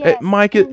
Mike